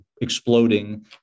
exploding